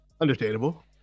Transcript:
Understandable